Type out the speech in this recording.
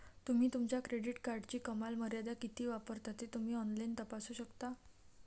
तुम्ही तुमच्या क्रेडिट कार्डची कमाल मर्यादा किती वापरता ते तुम्ही ऑनलाइन तपासू शकता